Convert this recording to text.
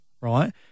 right